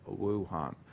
Wuhan